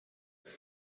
pre